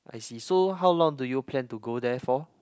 I see so how long do you plan to go there for